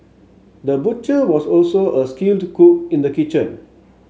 the butcher was also a skilled cook in the kitchen